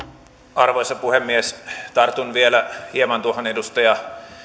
arvoisa puhemies tartun vielä hieman tuohon edustaja